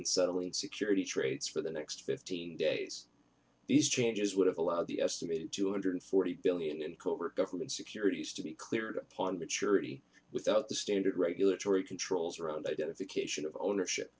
and settling security trades for the next fifteen days these changes would have allowed the estimated two hundred forty billion in covert government securities to be cleared upon maturity without the standard regulatory controls around identification of ownership